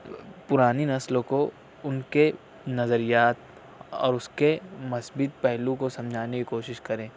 پرانی نسلوں کو ان کے نظریات اور اس کے مثبت پہلو کو سمجھانے کی کوشش کریں